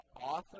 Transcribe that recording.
author